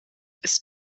ist